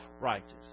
righteous